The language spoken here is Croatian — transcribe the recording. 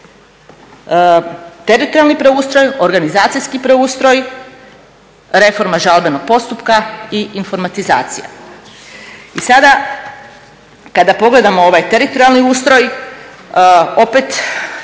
Teritorijalni preustroj, organizacijski preustroj, reforma žalbenog postupka i informatizacija. I sada kada pogledamo ovaj teritorijalni ustroj opet